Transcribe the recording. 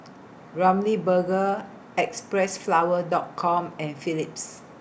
Ramly Burger Xpressflower Dot Com and Philips